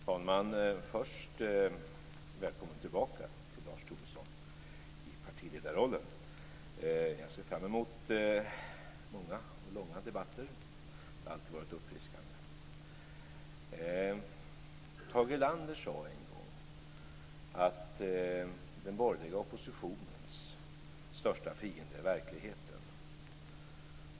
Herr talman! Först till Lars Tobisson: Välkommen tillbaka i partiledarrollen! Jag ser fram emot många och långa debatter. Det har alltid varit uppfriskande. Tage Erlander sade en gång att den borgerliga oppositionens största fiende är verkligheten.